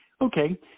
Okay